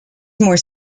more